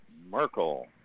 Merkel